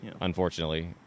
unfortunately